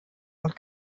und